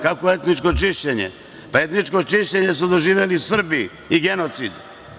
Kakvo etničko čišćenje, pa etničko čišćenje su doživeli Srbi i genocid.